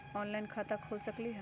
Online खाता खोल सकलीह?